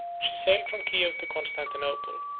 she sailed from kiow to constantinople